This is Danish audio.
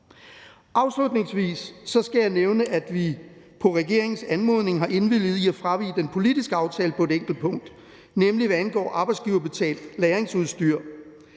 Afslutningsvis skal jeg nævne, at vi på regeringens anmodning har indvilliget i at fravige den politiske aftale på et enkelt punkt, nemlig hvad angår arbejdsgiverbetalt lagringsudstyr,